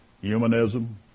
humanism